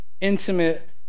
intimate